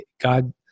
God